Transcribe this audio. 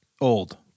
old